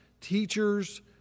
teachers